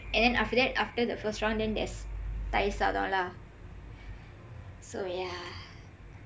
and then after that after the first round then there's thayir saatham saatham lah